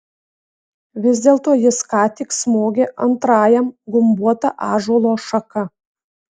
vis dėlto jis ką tik smogė antrajam gumbuota ąžuolo šaka